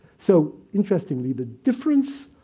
so, interestingly the difference